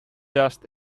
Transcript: dust